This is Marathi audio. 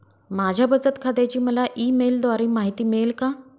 माझ्या बचत खात्याची मला ई मेलद्वारे माहिती मिळेल का?